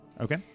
Okay